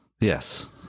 Yes